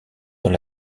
dans